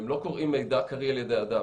הם לא קוראים מידע קריא על ידי אדם